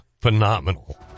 phenomenal